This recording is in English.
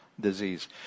disease